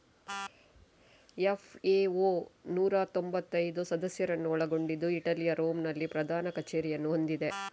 FAO ನೂರಾ ತೊಂಭತ್ತೈದು ಸದಸ್ಯರನ್ನು ಒಳಗೊಂಡಿದ್ದು ಇಟಲಿಯ ರೋಮ್ ನಲ್ಲಿ ಪ್ರಧಾನ ಕಚೇರಿಯನ್ನು ಹೊಂದಿದೆ